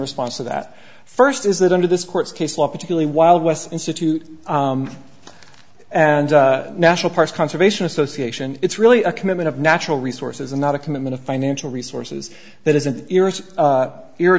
response to that first is that under this court's case law particularly wild west institute and national parks conservation association it's really a commitment of natural resources and not a commitment of financial resources that is an ears